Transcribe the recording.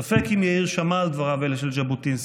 ספק אם יאיר שמע על דבריו אלה של ז'בוטינסקי,